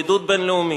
בידוד בין-לאומי,